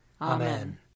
Amen